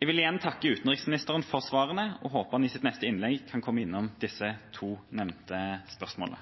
Jeg vil igjen takke utenriksministeren for svarene og håper at han i sitt neste innlegg kan komme inn på disse to nevnte spørsmålene.